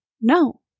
No